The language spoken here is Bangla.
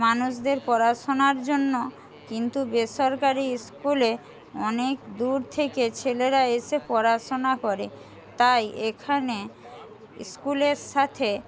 মানুষদের পড়াশোনার জন্য কিন্তু বেসরকারি স্কুলে অনেক দূর থেকে ছেলেরা এসে পড়াশোনা করে তাই এখানে স্কুলের সাথে